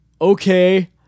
okay